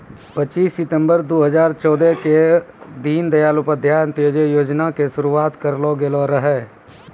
पच्चीस सितंबर दू हजार चौदह के दीन दयाल उपाध्याय अंत्योदय योजना के शुरुआत करलो गेलो रहै